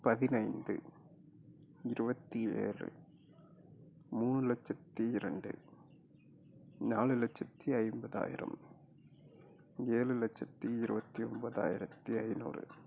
பதினைந்து இருபத்தி ஏழு மூணு லட்சத்தி ரெண்டு நாலு லட்சத்தி ஐம்பதாயிரம் ஏழு லட்சத்தி இருபத்தி ஒம்பதாயிரத்தி ஐநூறு